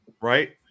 Right